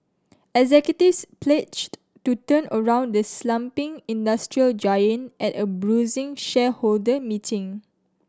executives pledged to turn around the slumping industrial giant at a bruising shareholder meeting